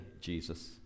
Jesus